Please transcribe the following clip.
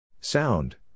Sound